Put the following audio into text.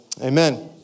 amen